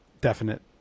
definite